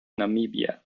namibia